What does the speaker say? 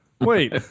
Wait